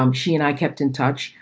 um she and i kept in touch.